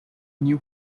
new